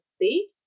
see